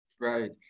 Right